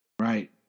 Right